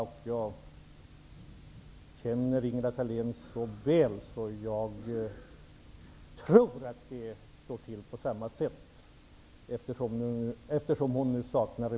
Eftersom jag känner Ingela Thalén så väl och hon saknar replikrätt tror jag att det står till på samma sätt för henne.